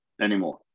anymore